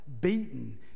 beaten